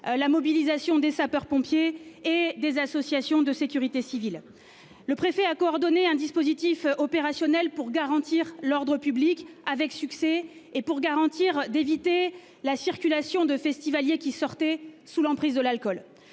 la mobilisation des sapeurs-pompiers et des associations de sécurité civile. Le préfet a coordonné un dispositif opérationnel pour garantir l'ordre public avec succès et pour garantir d'éviter la circulation de festivaliers qui sortait sous l'emprise de l'alcool.